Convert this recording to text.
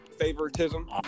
favoritism